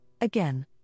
again